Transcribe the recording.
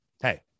hey